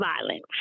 violence